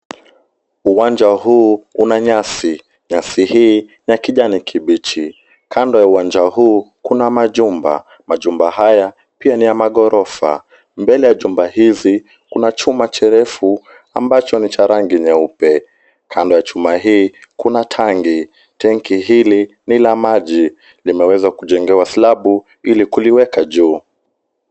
Uwanja huu una nyasi. Nyasi hii ni ya kijani kibichi. Kando ya uwanja huu kuna majumba. Majumba haya pia ni ya maghorofa. Mbele ya jumba hizi, kuna chuma kirefu ambacho ni cha rangi nyeupe. Kando ya chuma hii kuna tangi. Tenki hili ni la maji. Limeweza kujengewa slabu ili kuliweka juu.